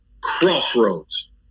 crossroads